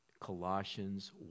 Colossians